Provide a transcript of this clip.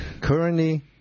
Currently